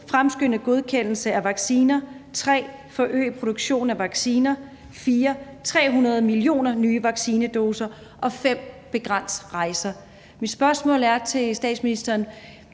fremskyndelse af godkendelse af vacciner, en forøgelse af produktionen af vacciner, 300 millioner nye vaccinedoser og en begrænsning af rejser. Mit spørgsmål til statsministeren